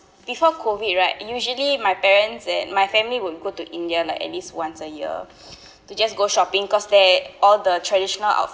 before COVID right usually my parents and my family will go to india like at least once a year to just go shopping cause there all the traditional outfits